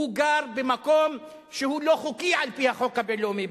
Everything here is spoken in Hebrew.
הוא גר במקום שהוא לא חוקי על-פי החוק הבין-לאומי,